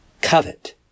covet